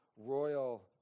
royal